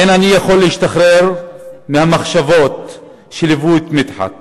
אין אני יכול להשתחרר מהמחשבות שליוו את מדחת